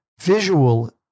visual